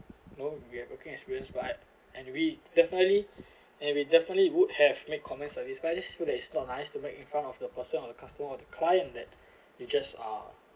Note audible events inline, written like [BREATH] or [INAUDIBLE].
no you have working experience but and we definitely [BREATH] and we definitely would have made comments service but I just feel that it's not nice to make in front of the person or the customer or client that [BREATH] you just ah